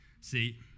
See